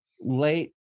late